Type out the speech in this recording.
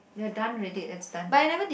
we're done already it's done